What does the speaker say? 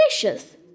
delicious